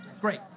Great